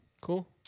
cool